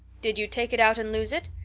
did you take it out and lose it?